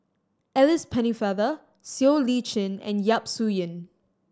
Alice Pennefather Siow Lee Chin and Yap Su Yin